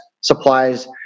supplies